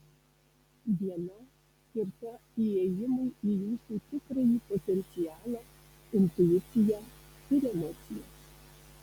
diena skirta įėjimui į jūsų tikrąjį potencialą intuiciją ir emocijas